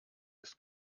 ist